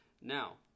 Now